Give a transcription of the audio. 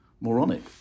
moronic